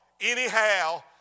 anyhow